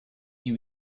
you